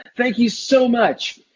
thank you so much.